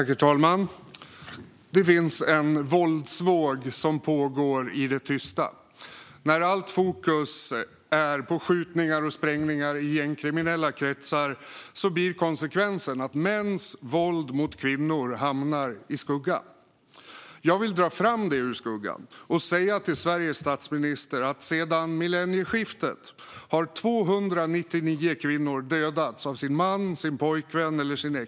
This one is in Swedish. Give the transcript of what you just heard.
Herr talman! Det finns en våldsvåg som pågår i det tysta. När allt fokus ligger på skjutningar och sprängningar i gängkriminella kretsar blir konsekvensen att mäns våld mot kvinnor hamnar i skuggan. Jag vill dra fram det ur skuggan och säga följande till Sveriges statsminister. Sedan millennieskiftet har 299 kvinnor dödats av sin man, pojkvän eller exman.